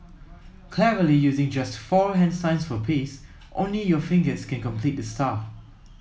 cleverly using just four hand signs for peace only your fingers can complete the star